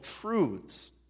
truths